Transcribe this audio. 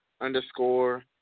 underscore